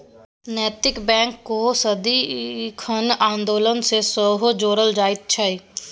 नैतिक बैंककेँ सदिखन आन्दोलन सँ सेहो जोड़ल जाइत छै